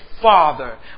father